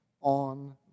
on